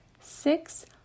six